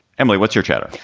emily, what's your chatter?